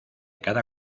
cada